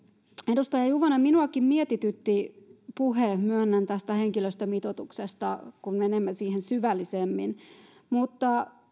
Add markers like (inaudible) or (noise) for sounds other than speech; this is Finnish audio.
edustaja juvonen minuakin mietitytti puhe tästä henkilöstömitoituksesta kun menemme siihen syvällisemmin mutta (unintelligible)